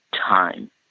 time